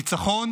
ניצחון